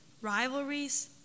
rivalries